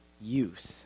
use